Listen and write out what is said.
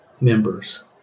members